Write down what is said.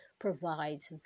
provides